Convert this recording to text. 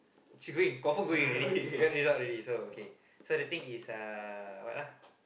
she going confirm going already get result already so okay so the thing is uh what ah